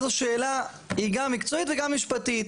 זו שאלה היא גם מקצועית וגם משפטית.